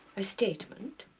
a statement?